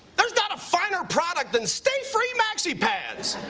there's not a finer product than stay free maxi pads.